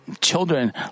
children